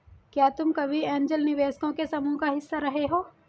क्या तुम कभी ऐन्जल निवेशकों के समूह का हिस्सा रहे हो?